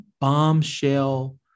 bombshell